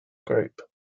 group